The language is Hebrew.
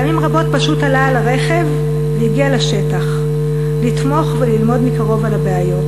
פעמים רבות פשוט עלה על הרכב והגיע לשטח לתמוך וללמוד מקרוב על הבעיות.